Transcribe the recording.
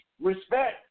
respect